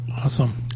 Awesome